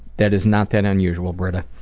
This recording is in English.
that is not that unusual, brita,